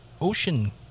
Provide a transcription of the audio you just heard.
ocean